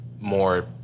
more